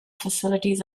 facilities